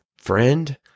Friend